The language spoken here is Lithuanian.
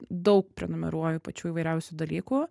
daug prenumeruoju pačių įvairiausių dalykų